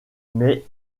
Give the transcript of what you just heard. mais